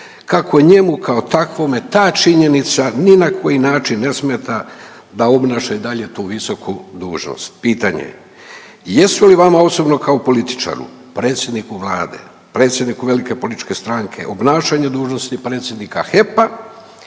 kako njemu kao takvome ta činjenica ni na koji način ne smeta da obnaša i dalje tu visoku dužnost. Pitanje, jesu li vama osobno kao političaru, predsjedniku Vlade, predsjedniku velike političke stranke, obnašanje dužnosti predsjednika HEP-a